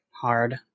hard